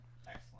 Excellent